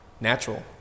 natural